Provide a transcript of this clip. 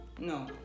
No